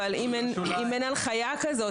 אבל אם אין חיה כזו,